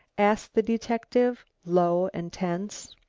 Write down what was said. asked the detective low and tense.